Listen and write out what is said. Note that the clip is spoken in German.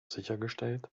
sichergestellt